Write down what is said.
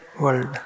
world